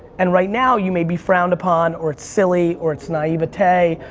and right now you may be frowned upon, or it's silly, or it's naivete,